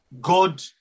God